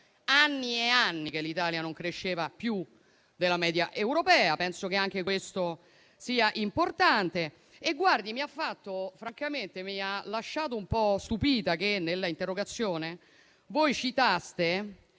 anni e anni che l'Italia non cresceva più della media europea. Penso che anche questo sia importante. Francamente, mi ha lasciato un po' stupita che nell'interrogazione abbiate